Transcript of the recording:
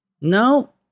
no